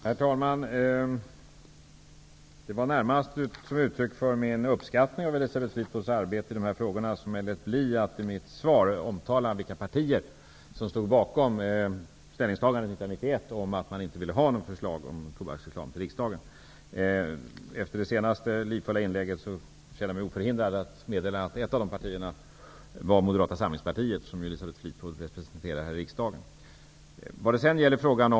Herr talman! Det var närmast som ett uttryck för min uppskattning av Elisabeth Fleetwoods arbete i dessa frågor som jag lät bli att i mitt svar omtala vilka partier som stod bakom ställningstagandet 1991 om att man inte ville ha något förslag om tobaksreklam till riksdagen. Efter det senaste livfulla inlägget känner jag mig oförhindrad att meddela att ett av de partierna var Moderata samlingspartiet, som ju Elisabeth Fleetwood representerar här i riksdagen.